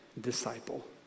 disciple